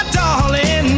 darling